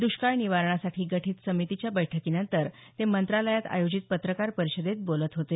दुष्काळ निवारणासाठी गठित समितीच्या बैठकीनंतर ते मंत्रालयात आयोजित पत्रकार परिषदेत बोलत होते